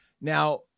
Now